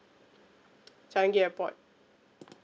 changi airport